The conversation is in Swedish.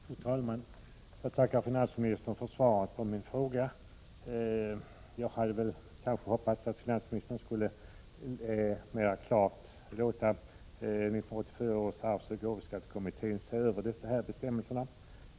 Fru talman! Jag tackar finansministern för svaret på min fråga. Jag hade hoppats att finansministern skulle ge klara direktiv till 1984 års arvsoch gåvoskattekommitté att se över de här aktuella bestämmelserna.